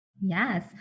Yes